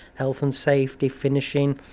health and safety finishing.